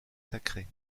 sacrés